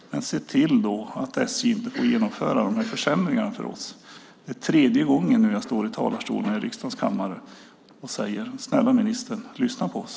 Men se då till att SJ inte får genomföra de här försämringarna för oss. Det är tredje gången nu jag står i talarstolen här i riksdagens kammare och säger: Snälla ministern, lyssna på oss!